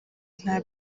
nta